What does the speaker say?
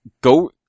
go